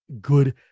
good